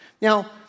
Now